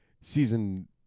season